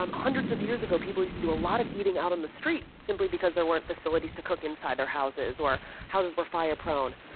hundreds of years ago, people used to do a lot of eating out on the street, simply because there weren't facilities to cook inside their houses or houses were fire-prone.